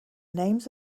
names